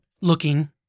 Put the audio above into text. looking